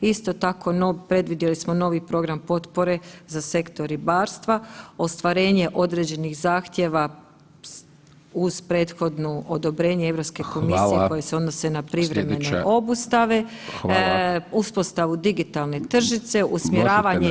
Isto tako predvidjeli smo novi program potpore za sektor ribarstva, ostvarenje određenih zahtjeva uz prethodno odobrenje Europske komisije [[Upadica: Hvala]] koje se odnose na privremene obustave, uspostavu digitalne tržnice, usmjeravanje…